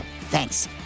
Thanks